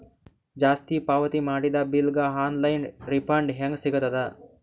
ಜಾಸ್ತಿ ಪಾವತಿ ಮಾಡಿದ ಬಿಲ್ ಗ ಆನ್ ಲೈನ್ ರಿಫಂಡ ಹೇಂಗ ಸಿಗತದ?